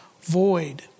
void